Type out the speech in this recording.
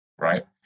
right